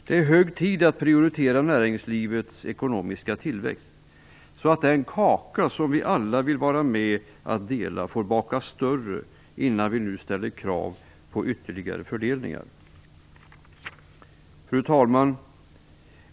Det är hög tid att prioritera näringslivets ekonomiska tillväxt så att den kaka som vi alla vill vara med och dela får bakas större innan vi nu ställer krav på ytterligare fördelningar. Fru talman!